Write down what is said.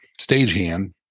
stagehand